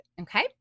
Okay